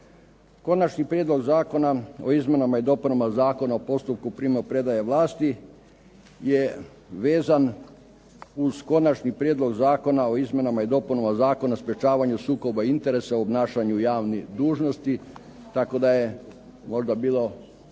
Konačni prijedlog zakona o izmjenama i dopunama Zakona o postupku primopredaje vlasti je vezan uz Konačni prijedlog zakona o izmjenama i dopunama Zakona o sprečavanju sukoba interesa o obnašanju javnih dužnosti tako da je možda bilo